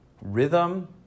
rhythm